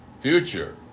future